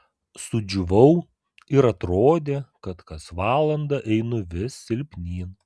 sudžiūvau ir atrodė kad kas valandą einu vis silpnyn